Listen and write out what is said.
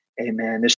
Amen